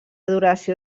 duració